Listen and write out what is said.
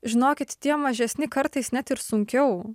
žinokit tie mažesni kartais net ir sunkiau